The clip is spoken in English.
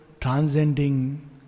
transcending